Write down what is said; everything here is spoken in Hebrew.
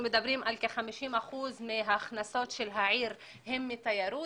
אנחנו מדברים על כך שכ-50 אחוזים מההכנסות של העיר הן מהתיירות,